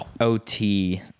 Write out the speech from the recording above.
OT